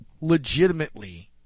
legitimately